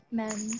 men